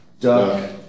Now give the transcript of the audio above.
Duck